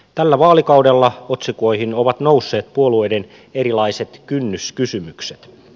tällä vaalikaudella otsikoihin ovat nousseet puolueiden erilaiset kynnyskysymykset